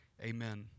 Amen